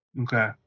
Okay